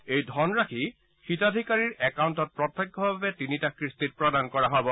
এই ধনৰাশি হিতাধিকাৰীৰ একাউণ্টত প্ৰত্যক্ষভাৱে তিনিটা কিস্তিত প্ৰদান কৰা হব